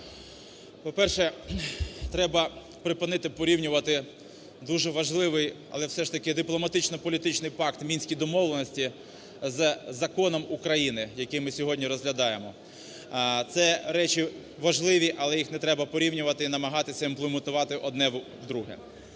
По-перше, треба припинити порівнювати дуже важливий, але все ж таки дипломатично-політичний пакт Мінські домовленості з Законом України, який ми сьогодні розглядаємо. Це речі важливі, але їх не треба порівнювати і намагатися імплементувати одне в друге.